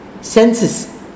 senses